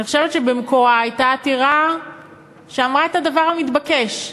אני חושבת שבמקורה הייתה עתירה שאמרה את הדבר המתבקש.